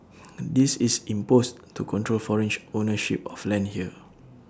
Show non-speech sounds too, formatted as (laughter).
this is imposed to control (unintelligible) ownership of land here